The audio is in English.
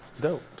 Dope